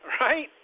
Right